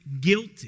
guilty